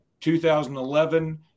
2011